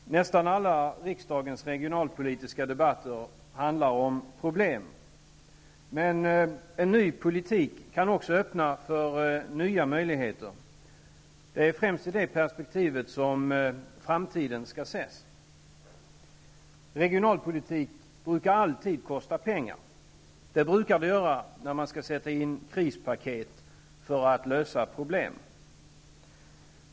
Herr talman! Nästan alla riksdagens regionalpolitiska debatter handlar om problem, men en ny politik kan öppna för nya möjligheter. Det är främst i det perspektivet som framtiden skall ses. Regionalpolitik kostar alltid pengar. Det brukar det göra när man skall ta fram krispaket för att lösa problemen.